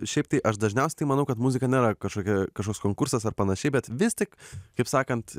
šiaip tai aš dažniausiai tai manau kad muzika nėra kažkokia kažkoks konkursas ar panašiai bet vis tik kaip sakant